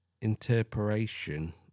interpretation